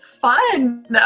fun